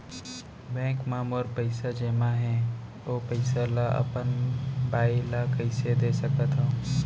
Bank म मोर पइसा जेमा हे, ओ पइसा ला अपन बाई ला कइसे दे सकत हव?